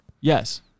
Yes